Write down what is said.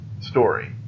story